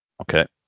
Okay